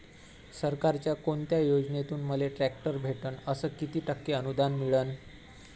सरकारच्या कोनत्या योजनेतून मले ट्रॅक्टर भेटन अस किती टक्के अनुदान मिळन?